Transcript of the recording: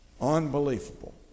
Unbelievable